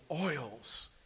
oils